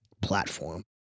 platform